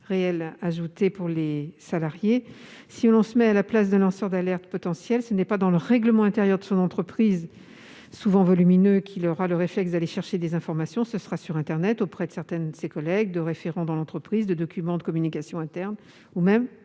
valeur ajoutée pour les salariés. Si l'on se met à la place d'un lanceur d'alerte potentiel, ce n'est pas dans le règlement intérieur de son entreprise, souvent volumineux, qu'il aura le réflexe d'aller chercher des informations. Il le fera sur internet, auprès de certains de ses collègues ou de référents présents dans l'entreprise, dans des documents de communication interne voire